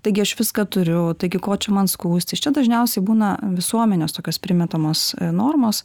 taigi aš viską turiu taigi ko čia man skųstis čia dažniausiai būna visuomenės tokios primetamos normos